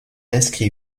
inscrit